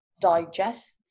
digest